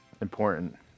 important